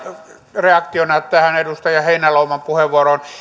reaktiona edustaja heinäluoman puheenvuoroon